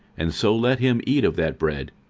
and so let him eat of that bread,